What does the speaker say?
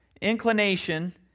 inclination